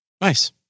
Nice